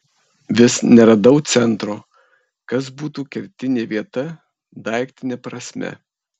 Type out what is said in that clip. vis neradau centro kas būtų kertinė vieta daiktine prasme